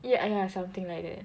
eh ya ya something like that